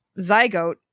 zygote